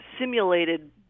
simulated